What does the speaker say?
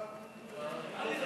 ההצעה